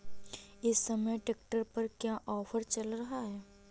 इस समय ट्रैक्टर पर क्या ऑफर चल रहा है?